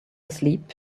asleep